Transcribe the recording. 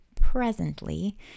presently